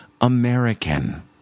American